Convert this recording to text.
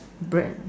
bread